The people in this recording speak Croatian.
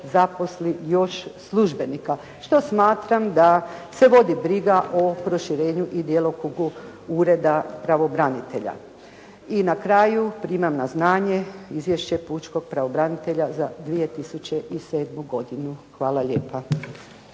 zaposli još službenika što smatram da se vodi briga o proširenju i djelokrugu Ureda pravobranitelja. I na kraju primam na znanje izvješće pučkog pravobranitelja za 2007. godinu. Hvala lijepa.